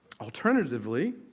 Alternatively